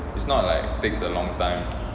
it's not like takes a long time